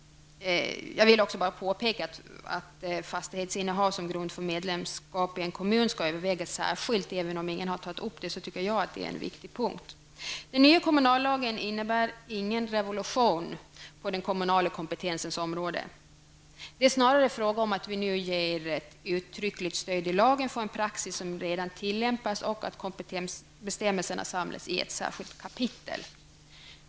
Jag vill också påpeka att fastighetsinnehav som grund för medlemskap i en kommun skall övervägas särskilt. Även om ingen har tagit upp frågan, tycker jag att detta är en viktig punkt. Den nya kommunallagen innebär ingen revolution på den kommunala kompetensens område. Det är snarare fråga om att vi nu ger ett uttryckligt stöd i lagen för en praxis som redan tillämpas och att kompetensbestämmelserna samlas i ett särskilt kapitel.